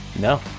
no